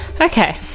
Okay